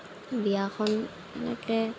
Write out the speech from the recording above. বিয়াখন এনেকে